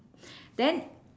then